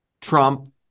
Trump